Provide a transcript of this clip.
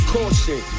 Caution